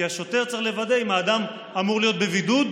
כי השוטר צריך לוודא אם האדם אמור להיות בבידוד,